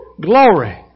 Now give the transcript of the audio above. Glory